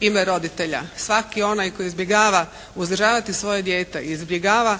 ime roditelja. Svaki onaj koji izbjegava uzdržavati svoje dijete i izbjegava